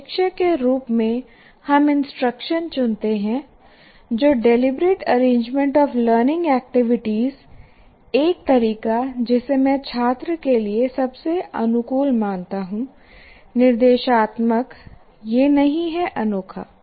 एक शिक्षक के रूप में हम इंस्ट्रक्शन चुनते हैं जो deliberate arrangement of learning activities एक तरीका जिसे मैं छात्र के लिए सबसे अनुकूल मानता हूं निर्देशात्मक यह नहीं है अनोखा